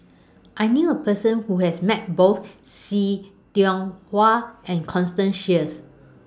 I knew A Person Who has Met Both See Tiong Wah and Constance Sheares